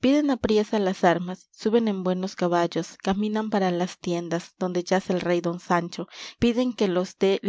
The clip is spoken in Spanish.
piden apriesa las armas suben en buenos caballos caminan para las tiendas donde yace el rey don sancho piden que los dé